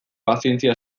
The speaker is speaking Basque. pazientzia